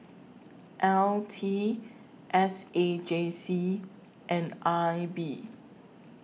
L T S A J C and I B